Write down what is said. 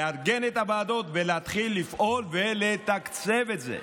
לארגן את הוועדות ולהתחיל לפעול ולתקצב את זה.